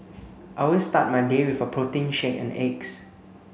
I always start my day with a protein shake and eggs